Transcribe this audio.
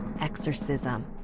exorcism